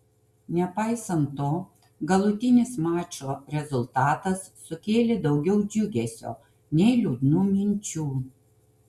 nepaisant to galutinis mačo rezultatas sukėlė daugiau džiugesio nei liūdnų minčių